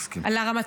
מסכים.